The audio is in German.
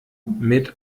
mit